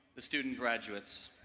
the student graduates.